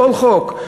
כל חוק,